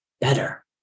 better